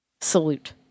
salute